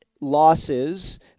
losses